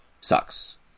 sucks